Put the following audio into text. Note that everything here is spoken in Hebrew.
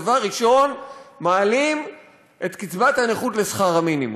דבר ראשון מעלים את קצבת הנכות לשכר המינימום,